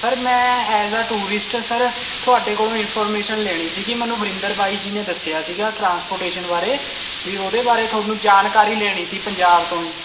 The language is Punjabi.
ਸਰ ਮੈਂ ਐਸ ਟੂਰਿਸਟ ਸਰ ਤੁਹਾਡੇ ਕੋਲੋਂ ਇਨਫੋਰਮੇਸ਼ਨ ਲੈਣੀ ਸੀਗੀ ਮੈਨੂੰ ਵਰਿੰਦਰ ਬਾਈ ਜੀ ਨੇ ਦੱਸਿਆ ਸੀਗਾ ਟਰਾਂਸਪੋਰਟੇਸ਼ਨ ਬਾਰੇ ਵੀ ਉਹਦੇ ਬਾਰੇ ਤੁਹਾਨੂੰ ਜਾਣਕਾਰੀ ਲੈਣੀ ਤੀ ਪੰਜਾਬ ਤੋਂ ਜੀ